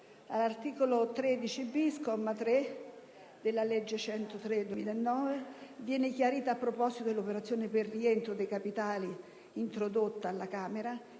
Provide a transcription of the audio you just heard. All'articolo 13-*bis*, comma 3, del decreto-legge n. 103 del 2009 viene chiarito, a proposito dell'operazione per il rientro dei capitali introdotta alla Camera,